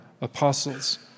apostles